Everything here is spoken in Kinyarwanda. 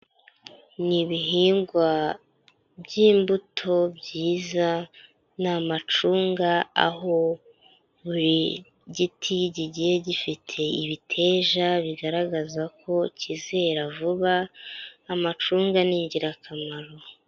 Ni ibihingwa by'imbuto byiza ni amacunga, aho buri giti kigiye gifite ibiteja bigaragaza ko cyizera vuba, amacunga ni ingirakamaro.